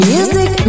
Music